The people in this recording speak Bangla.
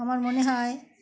আমার মনে হয়